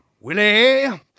Willie